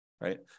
right